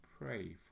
pray